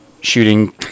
shooting